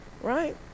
right